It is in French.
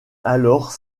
alors